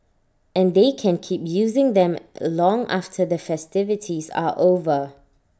and they can keep using them long after the festivities are over